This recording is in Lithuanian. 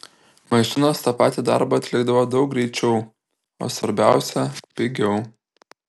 mašinos tą patį darbą atlikdavo daug greičiau o svarbiausia pigiau